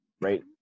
right